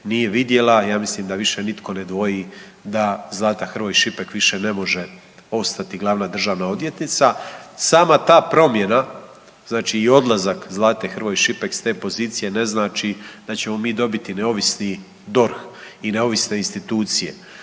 nije vidjela, ja mislim da više nitko ne dvoji da Zlata Hrvoj Šipek više ne može ostati glavna državna odvjetnica. Sama ta promjena znači i odlazak Zlate Hrvoj Šipek s te pozicije ne znači da ćemo mi dobiti neovisni DORH i neovisne institucije,